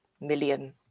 million